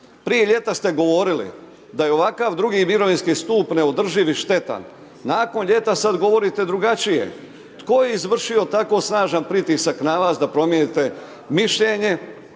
Prije ljeta ste govorili da je ovakav drugi mirovinski stup neodrživi i štetan. Nakon ljeta sad govorite drugačije. Tko je izvršio tako snažan pritisak na vas da promijenite mišljenje,